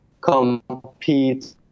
compete